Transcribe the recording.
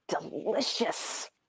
delicious